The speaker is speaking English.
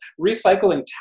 recycling